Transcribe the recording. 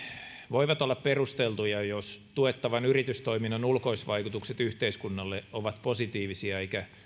voivat olla perusteltuja jos tuettavan yritystoiminnan ulkoisvaikutukset yhteiskunnalle ovat positiivisia eikä